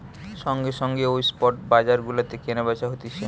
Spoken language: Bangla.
সঙ্গে সঙ্গে ও স্পট যে বাজার গুলাতে কেনা বেচা হতিছে